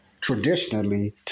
traditionally